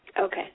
Okay